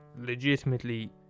legitimately